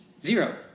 Zero